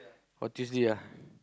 or Tuesday ah